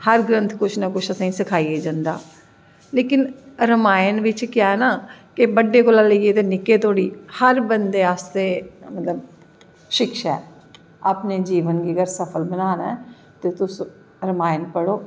हर ग्रंथ असेंगी कुश ना कुश सखाइयै जंदा लेकिन रामायण बिच्च केह् ऐ ना कि बड्डे कोला दा लेइयै ते निक्के धोड़ी हर बंदे आस्तै मतलव कि शिक्षा ऐ अपनें जीवन गी अगर सफल बनाना ऐं ते तुस रामायण पढ़ो